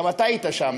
גם אתה היית שם,